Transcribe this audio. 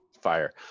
Fire